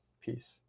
peace